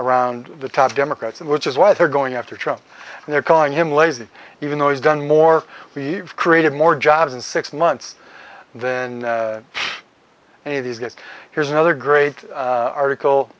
around the top democrats which is why they're going after trump they're calling him lazy even though he's done more we've created more jobs in six months in any of these guys here's another great article